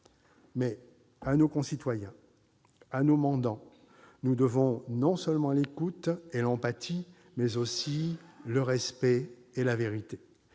étant, à nos concitoyens, à nos mandants, nous devons non seulement l'écoute et l'empathie, mais aussi le respect et la vérité.